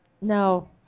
No